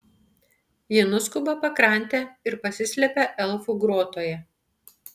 ji nuskuba pakrante ir pasislepia elfų grotoje